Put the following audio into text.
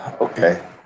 Okay